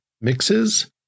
mixes